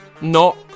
knock